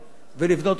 ולבנות אותו מחדש.